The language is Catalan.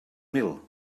mil